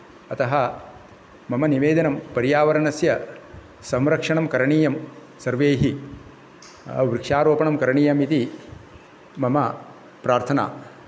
अतः मम निवेदनं पर्यावरणस्य संरक्षणं करणीयं सर्वैः वृक्षारोपणं करणीयम् इति मम प्रार्थना